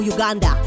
Uganda